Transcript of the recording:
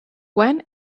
when